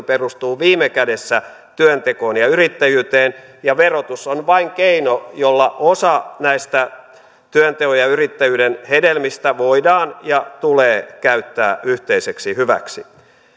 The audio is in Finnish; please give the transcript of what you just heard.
perustuu viime kädessä työntekoon ja yrittäjyyteen ja verotus on vain keino jolla osa näistä työnteon ja yrittäjyyden hedelmistä voidaan ja tulee käyttää yhteiseksi hyväksi